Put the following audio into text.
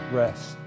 rest